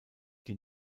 die